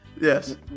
Yes